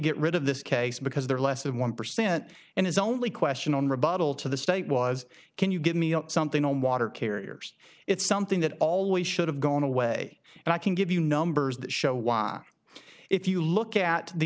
get rid of this case because there are less than one percent in his only question on rebuttal to the state was can you give me something on water carriers it's something that always should have gone away and i can give you numbers that show why if you look at the